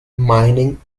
mining